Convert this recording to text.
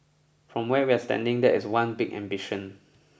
from where we're standing that is one big ambition